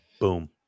Boom